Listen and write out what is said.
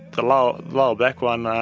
the lower lower back one